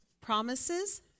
promises